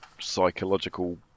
psychological